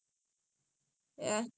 okay